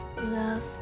Love